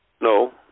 No